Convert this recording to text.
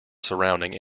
surrounding